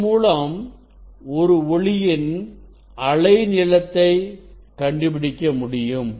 இதன் மூலம் ஒரு ஒளியின் அலை நீளத்தை கண்டுபிடிக்க முடியும்